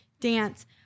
dance